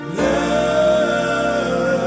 love